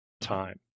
time